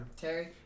Terry